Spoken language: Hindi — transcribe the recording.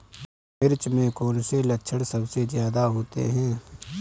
मिर्च में कौन से लक्षण सबसे ज्यादा होते हैं?